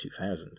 2000